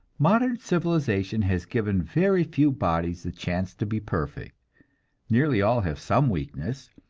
modern civilization has given very few bodies the chance to be perfect nearly all have some weakness,